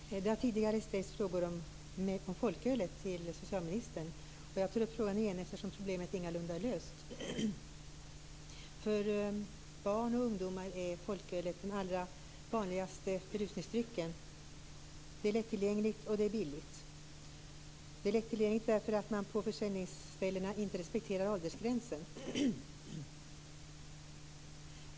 Herr talman! Det har tidigare ställts frågor om folkölet till socialministern. Jag tar upp frågan igen eftersom problemet ingalunda är löst. För barn och ungdomar är folkölet den allra vanligaste berusningsdrycken. Det är lättillgängligt, och det är billigt. Det är lättillgängligt därför att man vid försäljningsställena inte respekterar åldersgränsen.